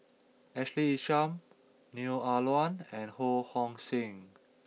Ashley Isham Neo Ah Luan and Ho Hong Sing